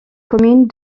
commune